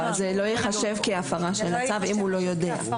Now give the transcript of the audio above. זה לא ייחשב כהפרה של הצו, אם הוא לא יודע.